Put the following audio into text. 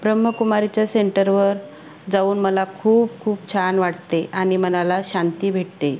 ब्रह्मकुमारीच्या सेंटरवर जाऊन मला खूप खूप छान वाटते आणि मनाला शांती भेटते